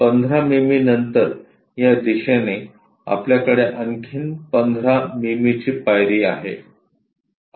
15 मिमी नंतर या दिशेने आपल्याकडे आणखी 15 मिमीची पायरी आहे